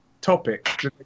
topic